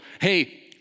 hey